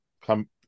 come